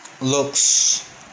looks